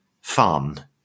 fun